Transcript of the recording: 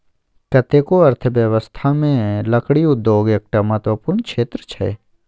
कतेको अर्थव्यवस्थामे लकड़ी उद्योग एकटा महत्वपूर्ण क्षेत्र छै